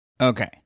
Okay